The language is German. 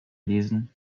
lesen